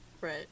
Right